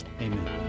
Amen